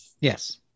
yes